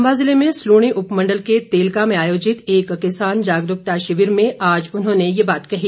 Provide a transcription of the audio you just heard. चंबा ज़िले में सलूणी उपमंडल के तेलका में आयोजित एक किसान जागरूकता शिविर में आज उन्होंने ये बात कही